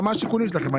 מה היו השיקולים שלכם?